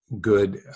good